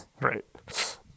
right